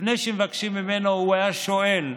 לפני שמבקשים ממנו הוא שואל,